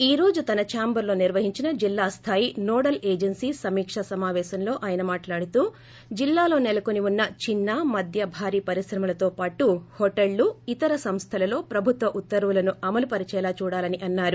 ఈ రోజు తన చాంబర్లో నిర్వహించిన జిల్లాస్లాయినోడల్ ఏజెన్నీ సమీకా సమాపేశంలో ఆయన మాట్లాడుతూ జిల్లాలో సెలకొని ఉన్న చిన్న మధ్య భారీ పరిశ్రమలతో పాటు హోటళ్ళు ఇతర సంస్లలలో ప్రభుత్వ ఉత్తర్వులను అమలు పరిచేలా చూడాలని అన్నారు